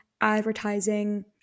advertising